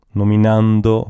nominando